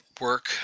work